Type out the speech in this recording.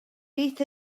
beth